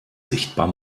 sichtbar